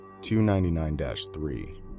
299-3